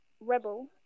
Rebel